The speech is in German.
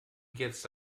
jetzt